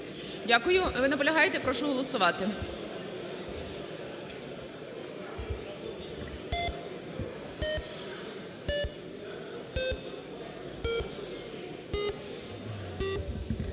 Дякую. Ви наполягаєте? Прошу голосувати.